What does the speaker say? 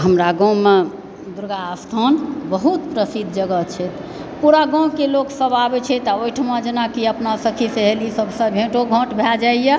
हमरा गाँवमऽ दुर्गा स्थान बहुत प्रसिद्ध जगह छै पूरा गाँवके लोगसभ आबैत छै तब ओहिठमा जेनाकि अपना सखी सहेली सभसँ भेटो घाट भए जाइयऽ